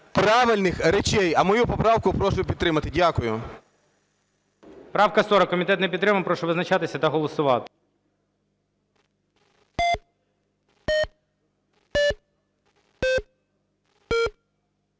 правильних речей. А мою поправку прошу підтримати. Дякую. ГОЛОВУЮЧИЙ. Правка 40. Комітет не підтримав. Прошу визначатися та голосувати.